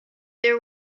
there